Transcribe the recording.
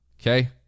Okay